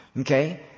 Okay